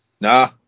Nah